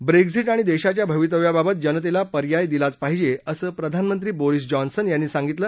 Brexit आणि देशाच्या भवितव्याबाबत जनतेला पर्याय दिलाच पाहिजे असं प्रधानमंत्री बोरिस जॉन्सन यांनी सांगितलं